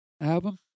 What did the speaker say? album